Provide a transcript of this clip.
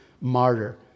martyr